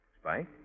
Spike